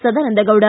Sadananda Gowda